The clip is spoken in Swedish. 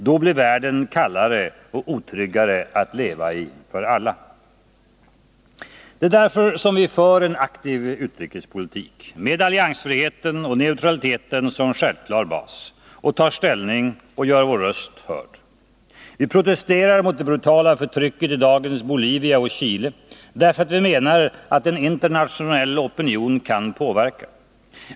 Då blir världen kallare och otryggare att leva i — för alla. Det är därför vi för en aktiv utrikespolitik, med alliansfriheten och neutraliteten som självklar bas, tar ställning och gör vår röst hörd. Vi protesterar mot det brutala förtrycket i dagens Bolivia och i Chile, därför att vi menar att en internationell opinion kan påverka.